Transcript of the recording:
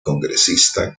congresista